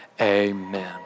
amen